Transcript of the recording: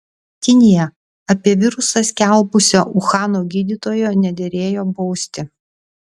kinija apie virusą skelbusio uhano gydytojo nederėjo bausti